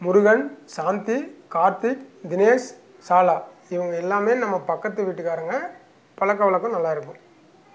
முருகன் சாந்து கார்த்து தினேஷ் சாலா இவங்க எல்லாமே நம்ம பக்கத்து வீட்டு காரங்க பழக்க வழக்கம் நல்லா இருக்கும்